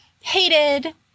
hated